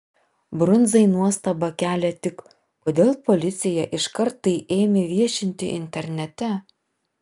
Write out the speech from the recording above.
brundzai nuostabą kelia tik kodėl policija iškart tai ėmė viešinti internete